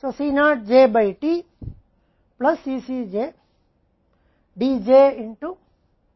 तो C naught j by T Cc j Dj 1 by 2 Pj Cc